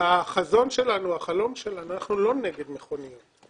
החזון שלנו, החלום שלנו, אנחנו לא נגד מכוניות,